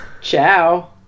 Ciao